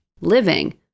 living